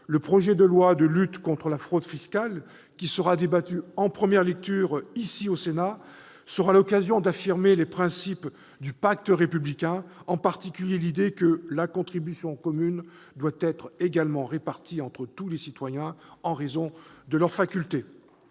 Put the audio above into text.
le projet de loi de lutte contre la fraude, qui sera débattu en première lecture ici au Sénat, sera l'occasion d'affirmer les principes du pacte républicain, en particulier l'idée que la « contribution commune [...] doit être également répartie entre tous les citoyens, en raison de leurs facultés